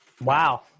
Wow